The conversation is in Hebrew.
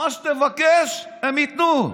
מה שתבקש, הם ייתנו.